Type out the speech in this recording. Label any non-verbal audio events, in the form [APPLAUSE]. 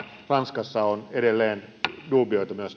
ranskassa on edelleen duubioita myös [UNINTELLIGIBLE]